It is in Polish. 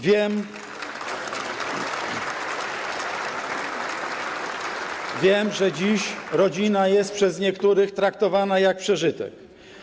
Wiem, że dziś rodzina jest przez niektórych traktowana jak przeżytek.